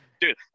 Dude